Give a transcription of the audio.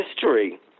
history